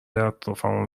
اطرافمو